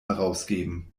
herausgeben